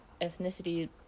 ethnicity